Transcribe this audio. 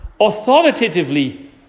authoritatively